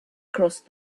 crossed